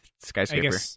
skyscraper